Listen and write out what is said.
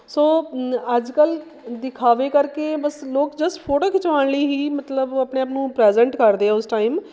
ਸੋ ਅੱਜ ਕੱਲ੍ਹ ਦਿਖਾਵੇ ਕਰਕੇ ਬਸ ਲੋਕ ਜਸਟ ਫੋਟੋ ਖਿਚਵਾਉਣ ਲਈ ਹੀ ਮਤਲਬ ਉਹ ਆਪਣੇ ਆਪ ਨੂੰ ਪ੍ਰੈਜੈਂਟ ਕਰਦੇ ਆ ਉਸ ਟਾਈਮ